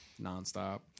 nonstop